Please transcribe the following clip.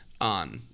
on